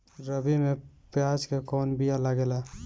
रबी में प्याज के कौन बीया लागेला?